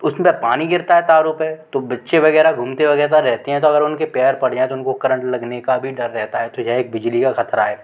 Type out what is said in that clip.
उस में पानी गिरता है तारों पर तो बच्चे वेग़ैरह घूमते वेग़ैरह रहते हैं तो अगर उनके पैर पर जाए तो उनको करेंट लगने का भी डर रहता है तो यह एक बिजली का ख़तरा है